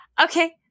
Okay